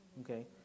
okay